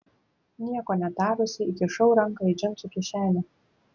nieko netarusi įkišau ranką į džinsų kišenę